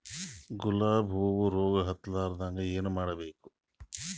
ಗುಲಾಬ್ ಹೂವು ರೋಗ ಹತ್ತಲಾರದಂಗ ಏನು ಮಾಡಬೇಕು?